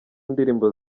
ndirimbo